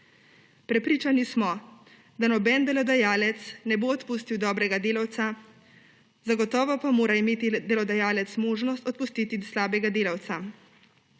Prepričani smo, da noben delodajalec ne bo odpustil dobrega delavca, zagotovo pa mora imeti delodajalec možnost odpustiti slabega delavca.